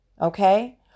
Okay